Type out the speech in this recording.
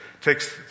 takes